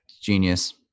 genius